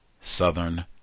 Southern